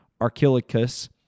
Archilochus